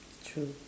true